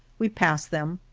we pass them,